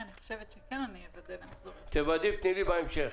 ודאי שאם יהיו טענות טובות הוא יוכל לשקול אם להטיל את העיצום או לא.